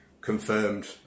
confirmed